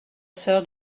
sœur